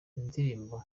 indirimbo